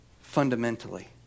Fundamentally